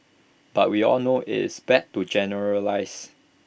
but we all know it's bad to generalise